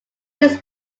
this